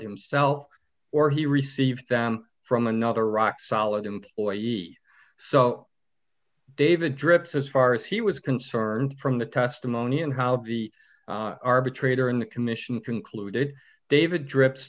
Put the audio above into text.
himself or he received them from another rock solid employee so david drips as far as he was concerned from the testimony and how the arbitrator in the commission concluded david drips